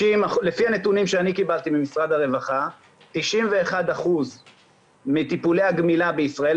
לפי הנתונים שאני קיבלתי ממשרד הרווחה 91% מטיפולי הגמילה בישראל,